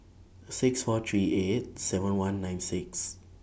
six four three eight seven one nine six